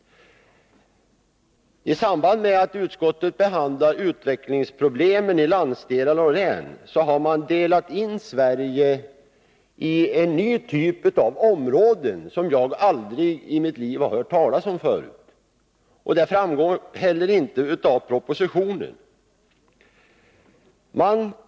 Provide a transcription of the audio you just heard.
I samband med att utskottet behandlar utvecklingsproblemen i landsdelar och län har man delat in Sverige i en ny typ av områden, som jag aldrig i mitt liv har hört talas om. Det framgår heller inte av propositionen.